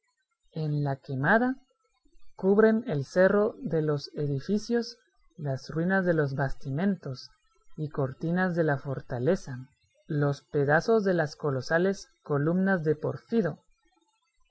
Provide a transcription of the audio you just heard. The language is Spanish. en la quemada cubren el cerro de los edificios las ruinas de los bastimentos y cortinas de la fortaleza los pedazos de las colosales columnas